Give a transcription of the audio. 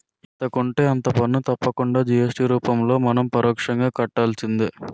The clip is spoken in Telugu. ఎంత కొంటే అంత పన్ను తప్పకుండా జి.ఎస్.టి రూపంలో మనం పరోక్షంగా కట్టాల్సిందే